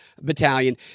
Battalion